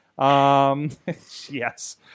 Yes